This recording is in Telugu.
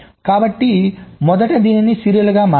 కాబట్టి మొదట దీనిని సీరియల్గా మార్చండి